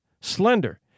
slender